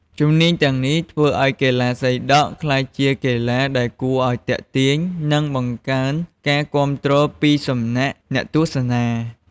ជំនាញទាំងនេះ ធ្វើឲ្យកីឡាសីដក់ក្លាយជាកីឡាដែលគួរឲ្យទាក់ទាញ និងបង្កើនការគាំទ្រពីសំណាក់អ្នកទស្សនា។